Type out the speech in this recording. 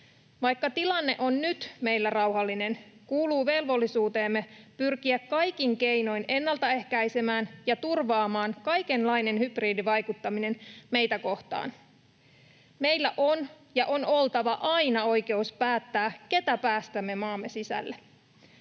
Vaikka tilanne on meillä rauhallinen nyt, kuuluu velvollisuuteemme pyrkiä kaikin keinoin turvaamaan se ja ennaltaehkäisemään kaikenlainen hybridivaikuttaminen meitä kohtaan. Meillä on ja on aina oltava oikeus päättää, keitä päästämme maamme sisälle.